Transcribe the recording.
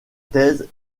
thèse